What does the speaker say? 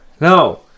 No